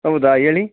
ಹೌದಾ ಹೇಳಿ